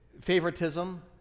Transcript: Favoritism